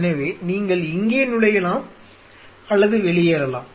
எனவே நீங்கள் இங்கே நுழையலாம் அல்லது வெளியேறலாம்